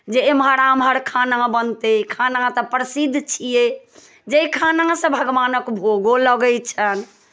जे एम्हर आम्हर खाना बनतै खाना तऽ प्रसिद्ध छियै जाहि खानासँ भगवानक भोगो लगै छनि